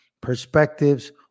perspectives